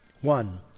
One